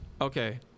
Okay